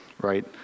right